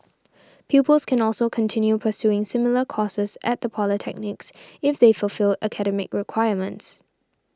pupils can also continue pursuing similar courses at the polytechnics if they fulfil academic requirements